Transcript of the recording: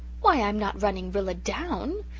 why, i am not running rilla down,